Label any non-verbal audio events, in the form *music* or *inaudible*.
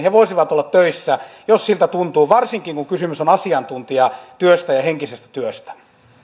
*unintelligible* he voisivat olla töissä jos siltä tuntuu varsinkin kun kysymys on asiantuntijatyöstä ja henkisestä työstä